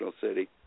city